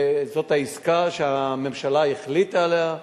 וזאת העסקה שהממשלה החליטה עליה,